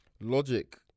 Logic